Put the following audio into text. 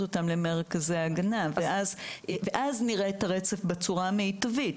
אותן למרכזי ההגנה ואז נראה את הרצף בצורה המיטבית,